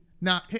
Now